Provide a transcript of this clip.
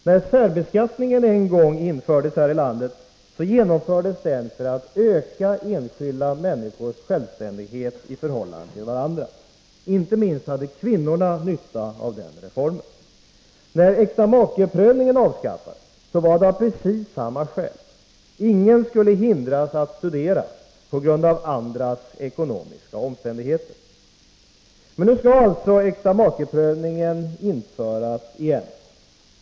När särbeskattningen en gång infördes här i landet skedde det för att öka enskilda människors självständighet i förhållande till varandra. Inte minst kvinnorna hade nytta av den reformen. När äktamakeprövningen avskaffades var det av precis samma skäl. Ingen skulle hindras att studera på grund av andras ekonomiska omständigheter. Men nu skall alltså äktamakeprövningen införas igen.